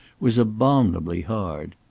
was abominably hard.